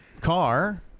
Car